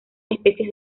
especies